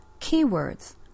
Keywords